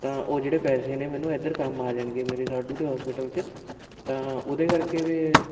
ਤਾਂ ਉਹ ਜਿਹੜੇ ਪੈਸੇ ਨੇ ਮੈਨੂੰ ਇੱਧਰ ਕੰਮ ਆ ਜਾਣਗੇ ਮੇਰੇ ਸਾਢੂ ਦੇ ਹੋਸਪਿਟਲ 'ਚ ਤਾਂ ਉਹਦੇ ਕਰਕੇ ਫ਼ਿਰ